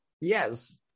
Yes